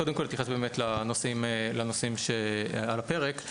קודם כל אתייחס לנושאים שעל הפרק: